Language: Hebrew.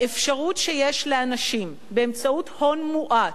האפשרות שיש לאנשים, באמצעות הון מועט,